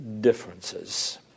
differences